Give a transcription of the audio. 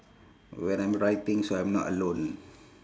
when I'm writing so I'm not alone